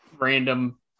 random